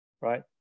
right